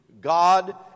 God